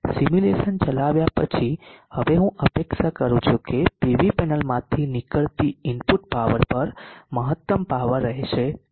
simulation ચલાવ્યા પછી હવે હું અપેક્ષા કરું છું કે પીવી પેનલમાંથી નીકળતી ઇનપુટ પાવર પર મહત્તમ પાવર રહેશે નહીં